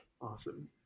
Awesome